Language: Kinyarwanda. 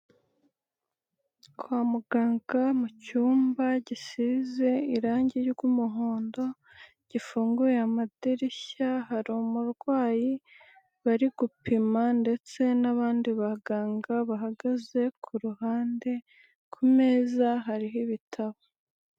Kwa muganga mu cyumba gisize irangi ry'umuhondo, gifunguye amadirishya. Hari umurwayi bari gupima ndetse n'abandi baganga bahagaze ku ruhande, ku meza hariho ibitabo.